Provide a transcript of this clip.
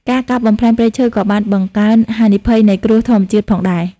ការកាប់បំផ្លាញព្រៃឈើក៏បានបង្កើន ហានិភ័យនៃគ្រោះធម្មជាតិ ផងដែរ។